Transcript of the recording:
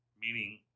meaning